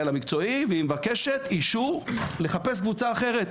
המקצועי והיא מבקשת אישור לחפש קבוצה אחרת,